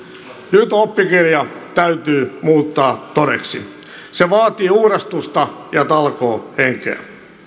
nyt oppikirja täytyy muuttaa todeksi se vaatii uurastusta ja talkoohenkeä